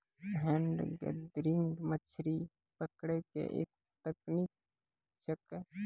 hand gathering मछली पकड़ै के एक तकनीक छेकै